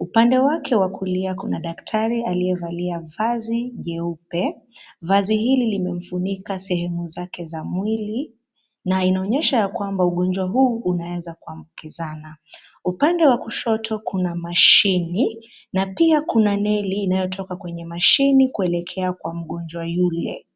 Upande wake wa kulia kuna daktari aliyevalia vazi jeupe. Vazi hili limemfunika sehemu zake za mwili, na inaonyesha ya kwamba ugonjwa huu unaweza kuambukizana. Upande wa kushoto kuna mashini, na pia kuna neli inayotoka kwenye mashine kuelekea kwa mgonjwa yule.